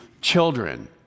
children